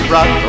Rock